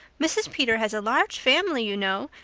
mrs. peter has a large family, you know,